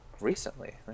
recently